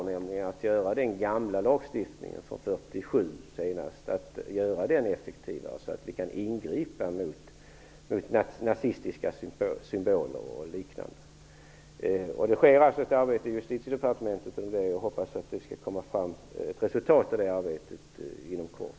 Det handlar om att göra den gamla lagstiftningen från 1947 effektivare så att vi kan ingripa mot nazistiska symboler och liknande. Det sker alltså ett arbete i Justitiedepartementet, och jag hoppas att det skall komma ett resultat av det arbetet inom kort.